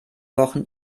wochen